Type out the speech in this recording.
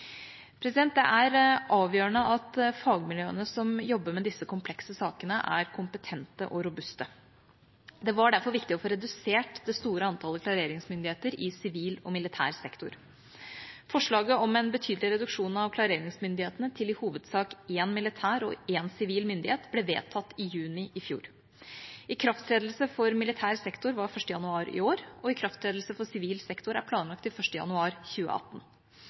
Det er avgjørende at fagmiljøene som jobber med disse komplekse sakene, er kompetente og robuste. Det var derfor viktig å få redusert det store antallet klareringsmyndigheter i sivil og militær sektor. Forslaget om en betydelig reduksjon av klareringsmyndighetene til i hovedsak én militær og én sivil myndighet ble vedtatt i juni fjor. Ikrafttredelse for militær sektor var 1. januar i år, og ikrafttredelse for sivil sektor er planlagt til 1. januar 2018.